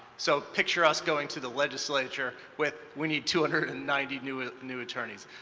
so picture us going to the legislature with we need two hundred and ninety new ah new attorneys.